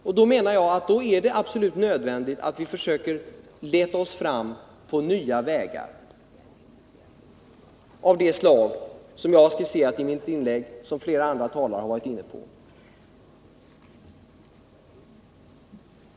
Jag menar att det därför är absolut nödvändigt att vi försöker leta oss fram på nya vägar, av det slag som jag har skisserat i mitt inlägg och som flera andra talare har varit inne på.